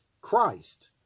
christ